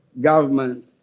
government